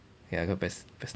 ya I gonna press press